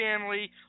family